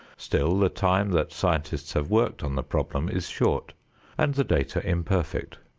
still the time that scientists have worked on the problem is short and the data imperfect,